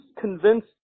convinced